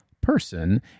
person